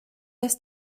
est